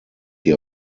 sie